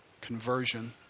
conversion